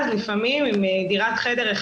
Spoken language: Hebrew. אם משפחה שלמה גרה בדירת חדר,